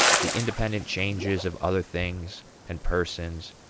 the independent changes of other things and persons,